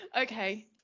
Okay